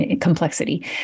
complexity